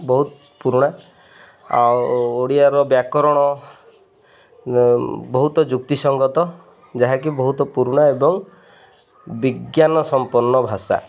ବହୁତ ପୁରୁଣା ଆଉ ଓଡ଼ିଆର ବ୍ୟାକରଣ ବହୁତ ଯୁକ୍ତିସଙ୍ଗତ ଯାହାକି ବହୁତ ପୁରୁଣା ଏବଂ ବିଜ୍ଞାନ ସମ୍ପନ୍ନ ଭାଷା